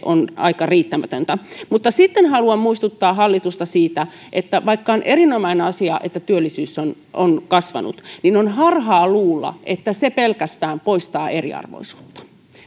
on aika riittämätöntä mutta sitten haluan muistuttaa hallitusta siitä että vaikka on erinomainen asia että työllisyys on on kasvanut niin on harhaa luulla että se pelkästään poistaa eriarvoisuutta